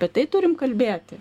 apie tai turim kalbėti